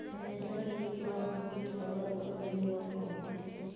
रेशा के इस्तेमाल बहुत अलग अलग जगह पर होखेला